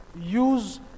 use